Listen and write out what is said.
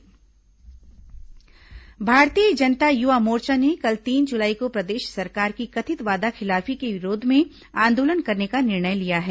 भाजय्मो आंदोलन भारतीय जनता युवा मोर्चा ने कल तीन जुलाई को प्रदेश सरकार की कथित वादाखिलाफी के विरोध में आंदोलन करने का निर्णय लिया है